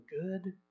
good